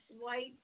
White